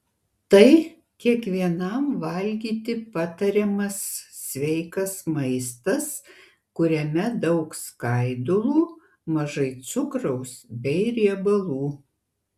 tai kiekvienam valgyti patariamas sveikas maistas kuriame daug skaidulų mažai cukraus bei riebalų